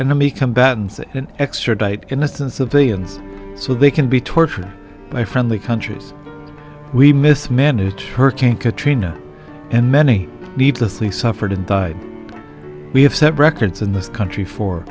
anime combatants in an extra tight innocent civilians so they can be tortured by friendly countries we mismanage hurricane katrina and many needlessly suffered and died we have set records in this country for